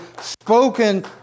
spoken